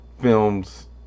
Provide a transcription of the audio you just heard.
Films